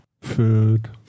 food